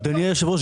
אדוני היושב-ראש,